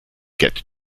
get